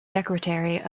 secretary